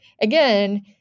Again